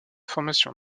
formation